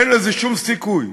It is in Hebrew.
אין לזה שום סיכוי.